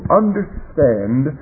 understand